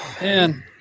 Man